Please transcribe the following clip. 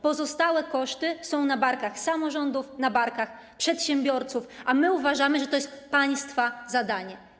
Pozostałe koszty są na barkach samorządów, na barkach przedsiębiorców, a my uważamy, że to jest państwa zadanie.